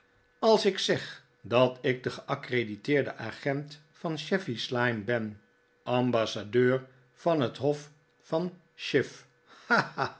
als ik zeg dat ik de geaccrediteerde agent van chevy slyme ben ambassadeur van het hof van chif